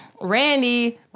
Randy